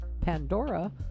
Pandora